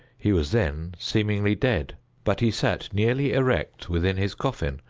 he was then seemingly dead but he sat nearly erect within his coffin,